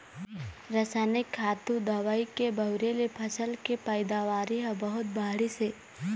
रसइनिक खातू, दवई के बउरे ले फसल के पइदावारी ह बहुत बाढ़िस हे